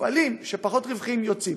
ומפעלים שהם פחות רווחיים יוצאים.